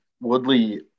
Woodley